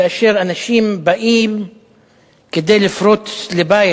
כאשר אנשים באים לפרוץ לבית,